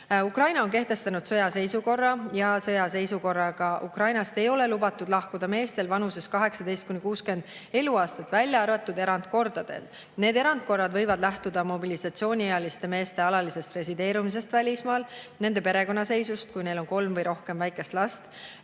Ukraina on kehtestanud sõjaseisukorra ja sõjaseisukorraga Ukrainast ei ole lubatud lahkuda meestel vanuses 18–60 eluaastat, välja arvatud erandkordadel. Need erandkorrad võivad lähtuda mobilisatsiooniealiste meeste alalisest resideerumisest välismaal, nende perekonnaseisust, kui neil on kolm või rohkem väikest last,